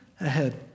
ahead